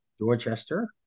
Dorchester